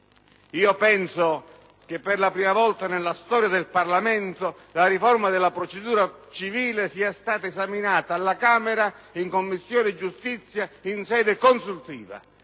Penso che per la prima volta nella storia del Parlamento la riforma della procedura civile sia stata esaminata, alla Camera, dalla Commissione giustizia in sede consultiva